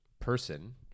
person